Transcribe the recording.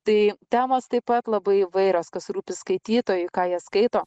tai temos taip pat labai įvairios kas rūpi skaitytojui ką jie skaito